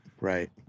right